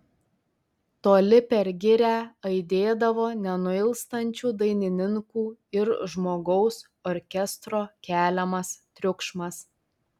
toli per girią aidėdavo nenuilstančių dainininkų ir žmogaus orkestro keliamas triukšmas